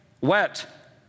wet